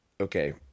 okay